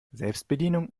selbstbedienung